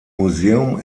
museum